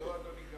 לא, אדוני.